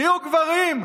תהיו גברים.